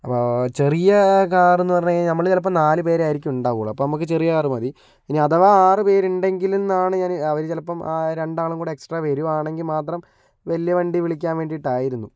അപ്പോ ചെറിയ കാറെന്ന് പറഞ്ഞു കഴിഞ്ഞാ നമ്മൾ ചിലപ്പൊൾ നാല് പേരായിരിക്കും ഉണ്ടാവുള്ളു അപ്പൊ നമുക്ക് ചെറിയ കാറ് മതി ഇനി അഥവാ ആറുപേര് ഉണ്ടെങ്കിലെന്നാണ് ഞാൻ അവർ ചിലപ്പം രണ്ടാളും കൂടെ എക്സ്ട്രാ വരുവാണെങ്കിൽ മാത്രം വല്യ വണ്ടി വിളിക്കാൻ വേണ്ടിട്ടായിരുന്നു